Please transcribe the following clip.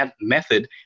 method